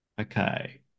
Okay